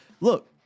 look